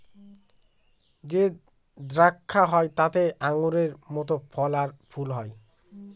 যে দ্রাক্ষা হয় তাতে আঙুরের মত ফল আর ফুল হয়